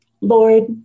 Lord